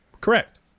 Correct